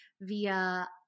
via